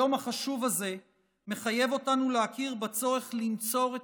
היום החשוב הזה מחייב אותנו להכיר בצורך לנצור את